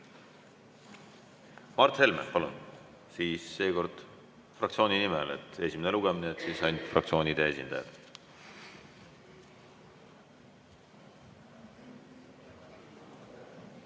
Mart Helme, palun! Seekord fraktsiooni nimel. [Kuna on] esimene lugemine, siis on ainult fraktsioonide esindajad.